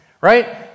right